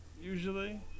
usually